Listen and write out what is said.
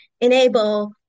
enable